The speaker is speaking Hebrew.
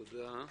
תודה.